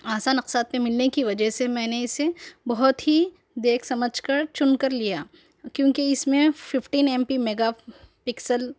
آسان اقساط پہ ملنے کی وجہ سے میں نے اسے بہت ہی دیکھ سمجھ کر چن کر لیا کیوں کہ اس میں fifteen M P mega pixel